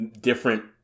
different